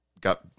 got